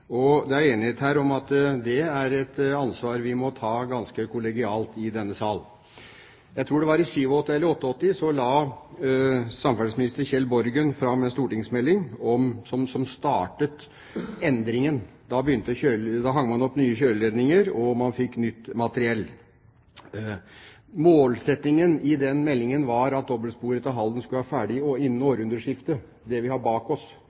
Det er enighet her om at det er et ansvar vi må ta ganske kollegialt i denne sal. Jeg tror det var i 1987 eller 1988 samferdselsminister Kjell Borgen la fram en stortingsmelding som startet endringen – da hengte man opp nye kjøreledninger, og man fikk nytt materiell. Målsettingen i den meldingen var at dobbeltsporet til Halden skulle være ferdig innen århundreskiftet – det vi har bak oss,